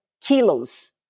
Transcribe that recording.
kilos